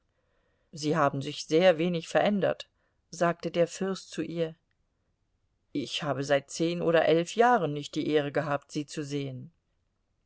sie haben sich sehr wenig verändert sagte der fürst zu ihr ich habe seit zehn oder elf jahren nicht die ehre gehabt sie zu sehen